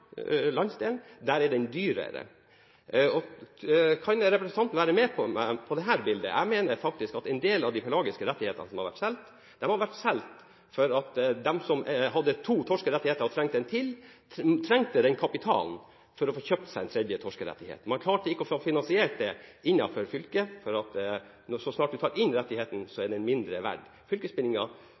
bildet? Jeg mener at en del av de pelagiske rettighetene som har vært solgt, faktisk har vært solgt fordi de som hadde to torskerettigheter og trengte en til, trengte den kapitalen for å få kjøpt seg en tredje torskerettighet. Man klarte ikke å få finansiert det innenfor fylket. Så snart man tar inn rettigheten, er den mindre verdt. Fylkesbindingen virker altså mot sin hensikt. Er representanten enig med meg i at det kan være en